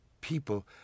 people